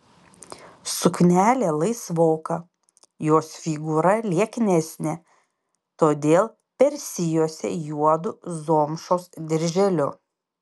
suknelė laisvoka jos figūra lieknesnė todėl persijuosė juodu zomšos dirželiu